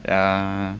yeah